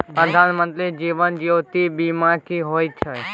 प्रधानमंत्री जीवन ज्योती बीमा की होय छै?